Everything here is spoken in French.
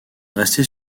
rester